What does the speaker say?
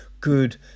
good